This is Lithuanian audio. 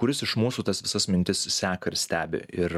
kuris iš mūsų tas visas mintis seka ir stebi ir